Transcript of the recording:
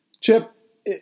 Chip